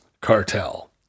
cartel